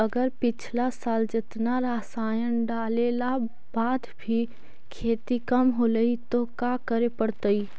अगर पिछला साल जेतना रासायन डालेला बाद भी खेती कम होलइ तो का करे पड़तई?